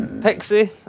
Pixie